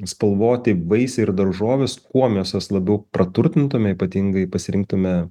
spalvoti vaisiai ir daržovės kuo mes juos labiau praturtintume ypatingai pasirinktume